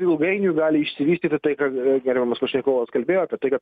ilgainiui gali išsivystyti taika ga gerbiamas pašnekovas kalbėjo apie tai kad